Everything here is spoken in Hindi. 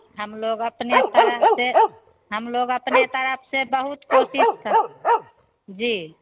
हम लोग अपने तरह से हम लोग अपने तरफ से बहुत कोशिश कर जी